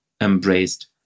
embraced